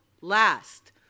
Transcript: last